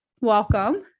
Welcome